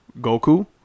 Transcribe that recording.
Goku